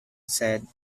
said